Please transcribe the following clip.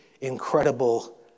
incredible